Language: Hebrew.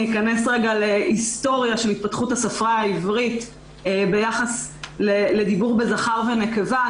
אכנס לרגע להיסטוריה של התפתחות השפה העברית ביחס לדיבור בזכר ונקבה.